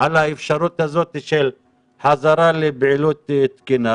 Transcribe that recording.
על האפשרות הזאת של חזרה לפעילות תקינה.